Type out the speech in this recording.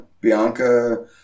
Bianca